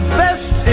best